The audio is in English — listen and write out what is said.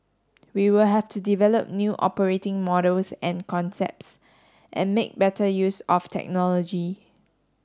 we will have to develop new operating models and concepts and make better use of technology